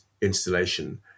installation